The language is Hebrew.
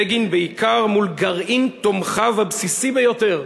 בגין, בעיקר מול גרעין תומכיו הבסיסי ביותר,